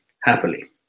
happily